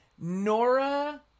Nora